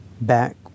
Back